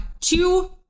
two